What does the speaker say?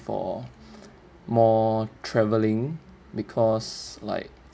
for more traveling because like